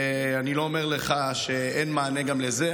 אני לא אומר לך שאין מענה גם לזה.